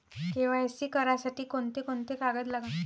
KYC करासाठी कोंते कोंते कागद लागन?